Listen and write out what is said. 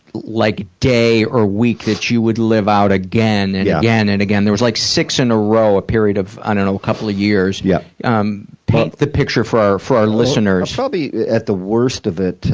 like, day or week that you would live out again and again and again. there was, like, six in a row, a period of, i don't know, a couple of years. yeah um paint the picture for our for our listeners. probably at the worst of it,